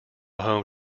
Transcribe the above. home